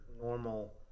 normal